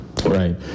right